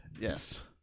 Yes